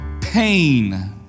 pain